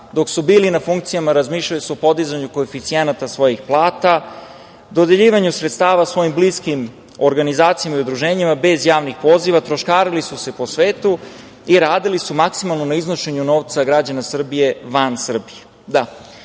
dok su bili na funkcijama, razmišljali su o podizanju koeficijenata svojih plata, dodeljivanju sredstava svojim bliskim organizacijama i udruženjima bez javnih poziva, troškarili su po svetu i radili su maksimalno na iznošenju novca građana Srbije, van Srbije. Kao